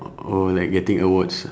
oh oh like getting awards ah